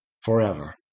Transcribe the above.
forever